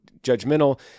judgmental